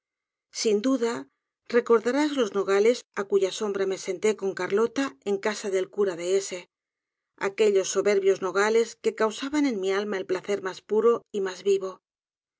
sin duda recordarás los nogales á cuya sombra me senté con carlota en casa del cura de s aquellos soberbios nogales que causaban en mi alma el placer mas puro y mas vivo